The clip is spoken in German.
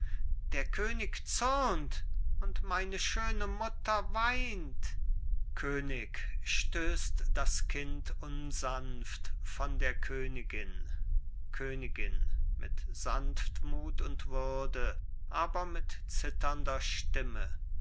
der könig zürnt und meine schöne mutter weint könig stößt das kind unsanft von der königin königin mit sanftmut und würde aber mit zitternder stimme